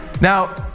Now